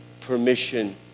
permission